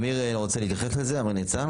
אמיר ניצן,